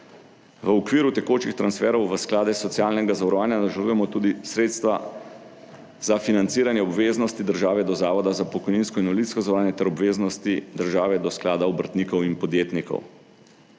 V okviru tekočih transferov v sklade socialnega zavarovanja načrtujemo tudi sredstva za financiranje obveznosti države do Zavoda za pokojninsko in invalidsko zavarovanje ter obveznosti države do sklada obrtnikov in podjetnikov.